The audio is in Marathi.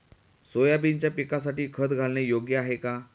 सोयाबीनच्या पिकासाठी खत घालणे योग्य आहे का?